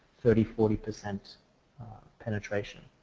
thirty, forty percent penetration.